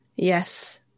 Yes